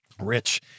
Rich